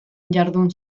jardun